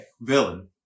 villain